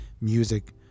music